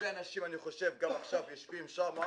אני חושב שגם עכשיו יש הרבה אנשים שיושבים שם,